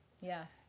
Yes